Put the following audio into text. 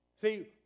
See